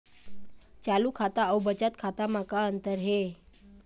चालू खाता अउ बचत खाता म का अंतर हे?